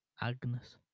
Agnes